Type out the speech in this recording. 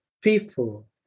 people